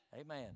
Amen